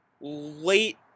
late